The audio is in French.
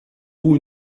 vous